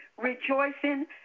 rejoicing